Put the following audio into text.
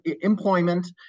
employment